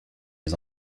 les